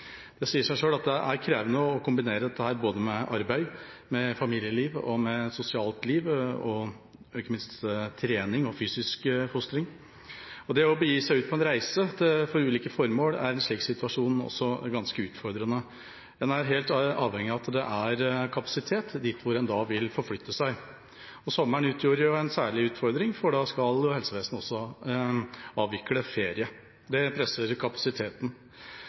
Det sier seg selv at det er krevende å kombinere dette både med arbeid, med familieliv og med et sosialt liv, og ikke minst med trening og fysisk fostring. Også det å begi seg ut på en reise for ulike formål er i en slik situasjon ganske utfordrende. En er helt avhengig av at det er kapasitet der hvor en da vil forflytte seg. Sommeren utgjør en særlig utfordring, for da skal jo helsevesenet avvikle ferie. Det presser kapasiteten.